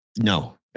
No